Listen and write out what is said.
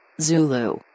Zulu